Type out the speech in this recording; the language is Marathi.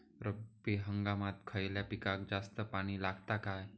रब्बी हंगामात खयल्या पिकाक जास्त पाणी लागता काय?